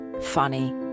funny